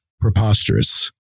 preposterous